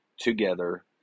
Together